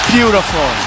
Beautiful